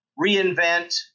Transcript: reinvent